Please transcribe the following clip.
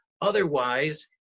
Otherwise